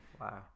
Wow